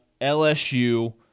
LSU